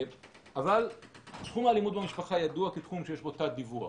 אבל תחום האלימות במשפחה ידוע כתחום שיש בו תת דיווח,